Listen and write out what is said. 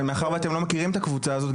מאחר ואתם לא מכירים את הקבוצה הזאת,